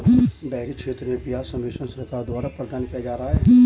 dairy क्षेत्र में ब्याज सब्वेंशन सरकार द्वारा प्रदान किया जा रहा है